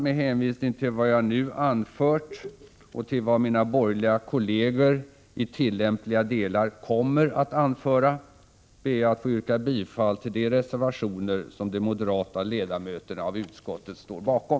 Med hänvisning till vad jag nu anfört och till vad mina borgerliga kolleger i tillämpliga delar kommer att anföra ber jag att få yrka bifall till de reservationer som de moderata ledamöterna i utskottet står bakom.